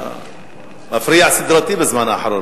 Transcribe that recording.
מפריע סדרתי בזמן האחרון.